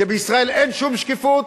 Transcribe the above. כי בישראל אין שום שקיפות.